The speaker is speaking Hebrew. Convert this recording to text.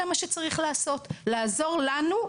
וזה מה שצריך לעשות לעזור לנו,